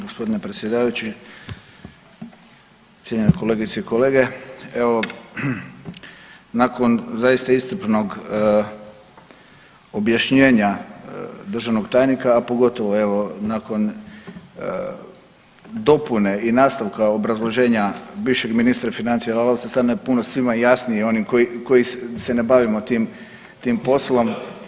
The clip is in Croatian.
Gospodine predsjedavajući, cijenjene kolegice i kolege evo nakon zaista iscrpnog objašnjenja državnog tajnika a pogotovo evo nakon dopune i nastavka obrazloženja bivšeg ministra financija Lalovca sad je puno svima jasnije onim koji se ne bavimo tim poslom.